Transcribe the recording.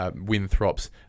Winthrops